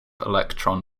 electron